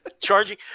Charging